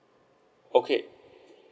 okay